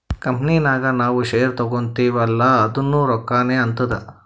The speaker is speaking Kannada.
ಕಂಪನಿ ನಾಗ್ ನಾವ್ ಶೇರ್ ತಗೋತಿವ್ ಅಲ್ಲಾ ಅದುನೂ ರೊಕ್ಕಾನೆ ಆತ್ತುದ್